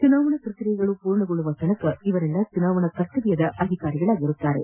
ಚುನಾವಣಾ ಪ್ರಕ್ರಿಯೆಗಳು ಪೂರ್ಣಗೊಳ್ಳುವ ವರೆಗೆ ಇವರೆಲ್ಲ ಚುನಾವಣಾ ಕರ್ತವ್ಯದ ಅಧಿಕಾರಿಗಳಾಗಿರುತ್ತಾರೆ